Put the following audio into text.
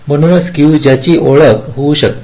म्हणूनच स्केव जची ओळख होऊ शकते